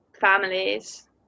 families